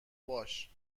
باش